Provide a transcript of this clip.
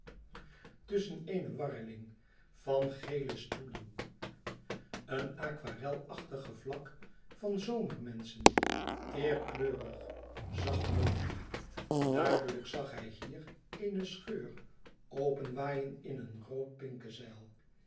tusschen eene warreling van gele stoelen een aquarelachtig gevlak van zomermenschen teêr kleurig zacht bont duidelijk zag hij hiér eene scheur openwaaien in een rood